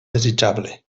desitjable